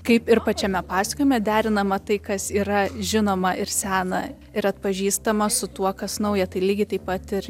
kaip ir pačiame pasakojime derinama tai kas yra žinoma ir sena ir atpažįstama su tuo kas nauja tai lygiai taip pat ir